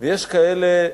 יש כאלה,